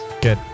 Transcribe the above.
Good